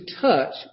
touch